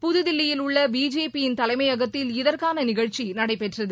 புதுதில்லியில் உள்ள பிஜேபி யின் தலைமையகத்தில்இதற்கான நிகழ்ச்சி நடைபெற்றது